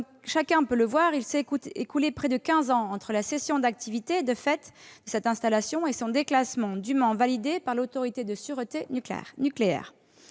chacun peut le voir, il s'est écoulé près de quinze ans entre la cessation d'activité de fait de cette installation et son déclassement dûment validé par l'Autorité de sûreté nucléaire.